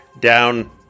down